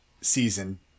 season